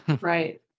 Right